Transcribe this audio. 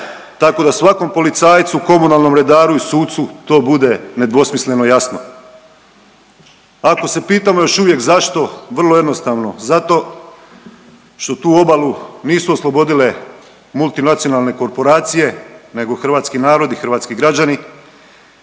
tako da svakom policajcu, komunalnom redaru i sucu to bude nedvosmisleno jasno. Ako se pitamo još uvijek zašto, vrlo jednostavno, zato što tu obalu nisu oslobodile multinacionalne korporacije nego hrvatski narod i hrvatski građani